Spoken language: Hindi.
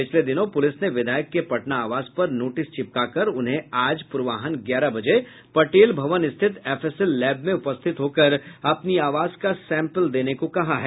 पिछले दिनों पुलिस ने विधायक के पटना आवास पर नोटिस चिपकाकर उन्हे आज पूर्वाहन ग्यारह बजे पटेल भवन स्थित एफएसएल लैब में उपस्थित होकर अपनी आवाज का सैंपल देने को कहा है